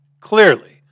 clearly